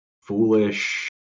foolish